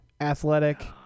athletic